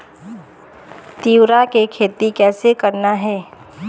तिऊरा के खेती कइसे करना हे?